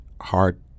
hard